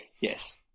yes